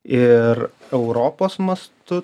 ir europos mastu